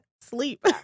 sleep